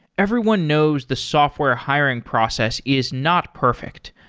everyone knows the software hiring process is not perfect.